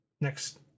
Next